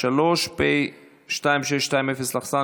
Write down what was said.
פ/1023/24, פ/2620/24,